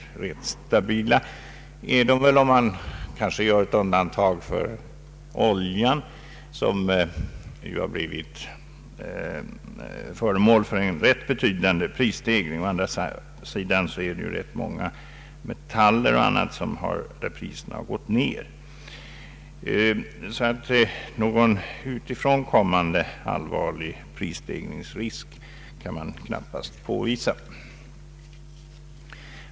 I genomsnitt är priserna tämligen stabila måhända om man vill göra ett undantag för oljan, som blivit föremål för betydande prisstegring. Å andra sidan har priserna gått ner på ganska många metaller och andra varor. Någon utifrån kommande allvarlig prisstegringsrisk kan man knappast påvisa.